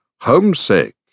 Homesick